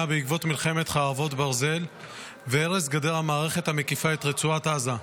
בעקבות מלחמת חרבות ברזל והרס גדר המערכת המקיפה את רצועת עזה.